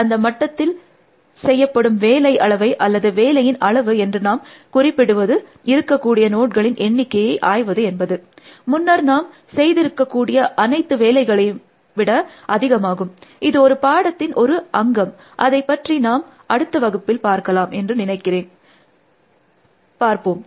அந்த மட்டத்தில் செய்யபப்டும் வேலை அளவை அலல்து வேலையின் அளவு என்று நாம் குறிப்பிடுவது இருக்கக்கூடிய நோட்களின் எண்ணிக்கையை ஆய்வது என்பது முன்னர் நாம் செய்திருக்கக்கூடிய அனைத்து வேலைகளையும் விட அதிகமாகும் இது ஒரு பாடத்தின் ஒரு அங்கம் அதை பற்றி நாம் அடுத்த வகுப்பில் பார்க்கலாம் என்று நினைக்கிறேன் பார்ப்போம்